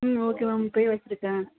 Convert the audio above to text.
okay ma'am இப்போயே வச்சுருக்கே